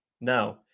No